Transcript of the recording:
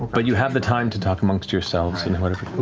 but you have the time to talk amongst yourselves and whatever.